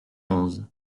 onze